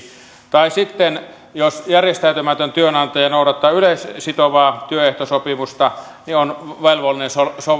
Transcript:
tai sitten jos järjestäytymätön työnantaja noudattaa yleissitovaa työehtosopimusta niin on velvollinen